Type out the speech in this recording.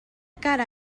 cara